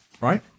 right